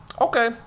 okay